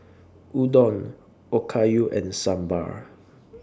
Udon Okayu and Sambar